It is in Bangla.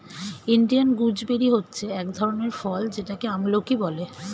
ইন্ডিয়ান গুজবেরি হচ্ছে এক ধরনের ফল যেটাকে আমলকি বলে